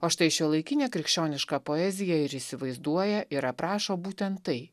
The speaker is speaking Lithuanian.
o štai šiuolaikinė krikščioniška poezija ir įsivaizduoja ir aprašo būtent tai